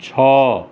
ଛଅ